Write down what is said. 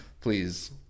Please